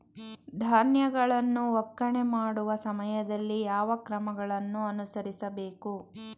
ಧಾನ್ಯಗಳನ್ನು ಒಕ್ಕಣೆ ಮಾಡುವ ಸಮಯದಲ್ಲಿ ಯಾವ ಕ್ರಮಗಳನ್ನು ಅನುಸರಿಸಬೇಕು?